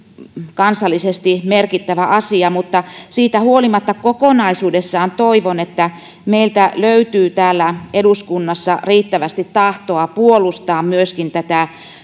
kansallisesti merkittävä asia mutta siitä huolimatta kokonaisuudessaan toivon että meiltä löytyy täällä eduskunnassa riittävästi tahtoa puolustaa myöskin tätä